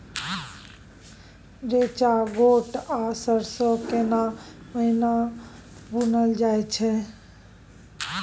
रेचा, गोट आ सरसो केना महिना बुनल जाय छै?